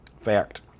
Fact